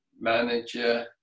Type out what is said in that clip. manager